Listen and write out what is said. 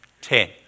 Ten